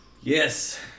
Yes